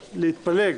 להתפלג.